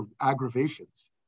aggravations